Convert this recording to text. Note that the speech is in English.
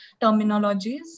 terminologies